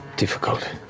difficult.